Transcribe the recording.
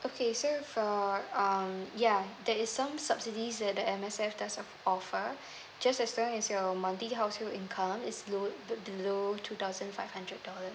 okay so for um ya there is some subsidies where the M_S_F does offer just as well as your monthly household income is low below two thousand five hundred dollars